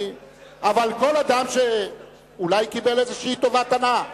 אבל כל אדם שאולי קיבל איזו טובת הנאה,